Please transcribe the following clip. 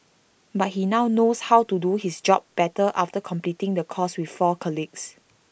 but he now knows how to do his job better after completing the course with four colleagues